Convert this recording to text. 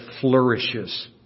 flourishes